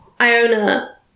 Iona